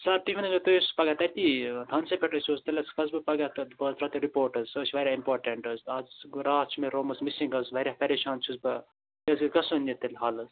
سَر تُہۍ ؤنِو حظ مےٚ تُہۍ ٲسِو حظ پگاہ تٔتی تھانسٕے پٮ۪ٹٹھ ٲسِوٕ حظ تیٚلہِ حظ کھسہٕ بہٕ پگاہ تہٕ بہٕ حظ ترٛاوٕ تیٚلہِ رِپورَٹ حظ سُہ حظ چھِ واریاہ اِمپاٹَنٛٹہٕ حظ اَز گوٚو راتھ چھِ مےٚ رٲومٕژ مِسِنٛگ حظ واریاہ پریشان چھُس بہٕ یہِ حظ گژھُن یہِ تیٚلہِ حال حظ